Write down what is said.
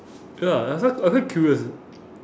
ya that's why I quite curious eh